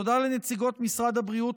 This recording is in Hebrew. תודה לנציגות משרד הבריאות,